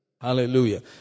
Hallelujah